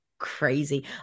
crazy